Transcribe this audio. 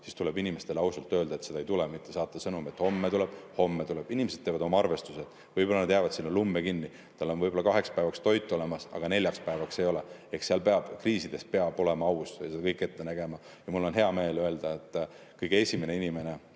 siis tuleb inimestele ausalt öelda, et seda ei tule, mitte saata sõnum, et "Homme tuleb!", "Homme tuleb!". Inimesed teevad oma arvestused. Võib-olla nad jäävad sinna lumme kinni. Neil võib olla kaheks päevaks toit olemas, aga neljaks päevaks ei ole. Kriisides peab olema aus ja seda kõike ette nägema. Mul on hea meel öelda, et kõige esimene inimene,